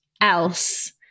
else